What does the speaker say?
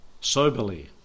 soberly